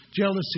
jealousy